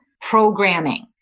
programming